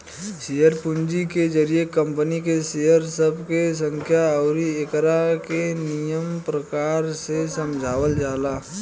share पूंजी के जरिए कंपनी के शेयर सब के संख्या अउरी एकरा के निमन प्रकार से समझावल जाला